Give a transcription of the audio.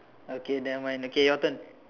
okay never mind okay your turn